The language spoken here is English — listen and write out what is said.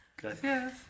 Gracias